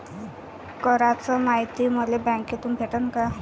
कराच मायती मले बँकेतून भेटन का?